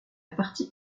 partie